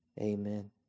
Amen